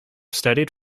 studied